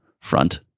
front